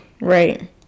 Right